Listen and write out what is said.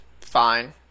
fine